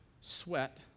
sweat